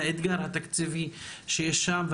אלא האתגר התקציבי שיש שם.